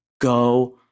Go